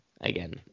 again